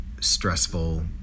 stressful